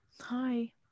Hi